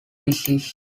disease